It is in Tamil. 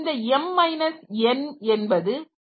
இந்த m மைனஸ் n என்பது P